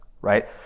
Right